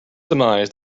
demise